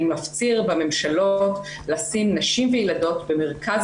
אני מפציר בממשלות לשים נשים וילדות במרכז